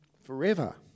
forever